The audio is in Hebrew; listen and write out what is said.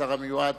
השר המיועד,